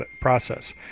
process